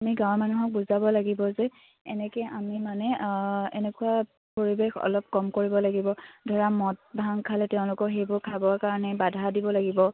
আমি গাঁৱৰ মানুহক বুজাব লাগিব যে এনেকৈ আমি মানে এনেকুৱা পৰিৱেশ অলপ কম কৰিব লাগিব ধৰা মদ ভাং খালে তেওঁলোকক সেইবোৰ খাবৰ কাৰণে বাধা দিব লাগিব